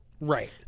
Right